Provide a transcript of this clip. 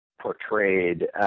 portrayed